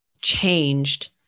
changed